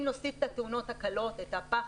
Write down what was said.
אם נוסיף את התאונות הקלות את הפח